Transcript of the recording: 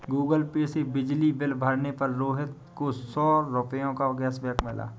Google Pay से बिजली bill भरने पर रोहित को सौ रूपए का कैशबैक मिला